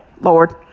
Lord